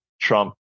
Trump